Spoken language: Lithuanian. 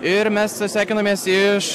ir mes sveikinamės iš